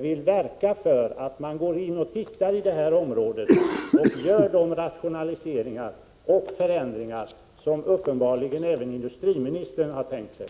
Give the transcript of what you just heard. vill verka för att man studerar det här området och gör de rationaliseringar och förändringar som uppenbarligen även industriministern har tänkt sig.